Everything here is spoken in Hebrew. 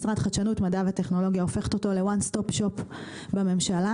shopבממשלה מתוך הבנה שאנחנו עובדים בשבילכם.